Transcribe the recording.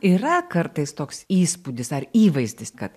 yra kartais toks įspūdis ar įvaizdis kad